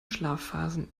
schlafphasen